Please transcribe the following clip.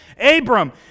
Abram